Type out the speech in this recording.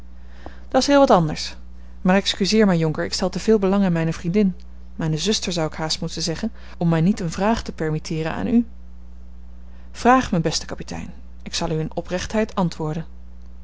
dat's heel wat anders maar excuseer mij jonker ik stel te veel belang in mijne vriendin mijne zuster zou ik haast moeten zeggen om mij niet eene vraag te permitteeren aan u vraag mijn besten kapitein ik zal u in oprechtheid antwoorden